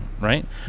right